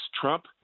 Trump